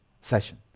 session